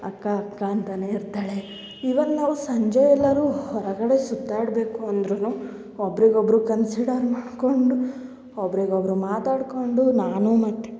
ಅಕ್ಕ ಅಕ್ಕ ಅಂತಲೇ ಇರ್ತಾಳೆ ಇವನ್ ನಾವು ಸಂಜೆ ಎಲ್ಲರು ಹೊರಗಡೆ ಸುತ್ತಾಡಬೇಕು ಅಂದ್ರು ಒಬ್ರಿಗೆ ಒಬ್ಬರು ಕನ್ಸಿಡರ್ ಮಾಡ್ಕೊಂಡು ಒಬ್ರಿಗೆ ಒಬ್ಬರು ಮಾತಾಡ್ಕೊಂಡು ನಾನು ಮತ್ತು